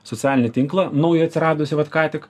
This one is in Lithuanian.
socialinį tinklą naują atsiradusį vat ką tik